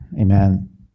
Amen